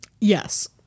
Yes